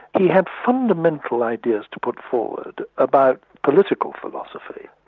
he had fundamental ideas to put forward about political philosophy.